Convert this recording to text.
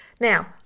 Now